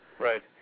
Right